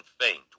faint